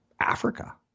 Africa